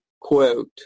quote